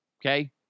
Okay